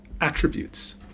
attributes